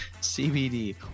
CBD